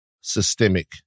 systemic